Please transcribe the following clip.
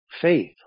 faith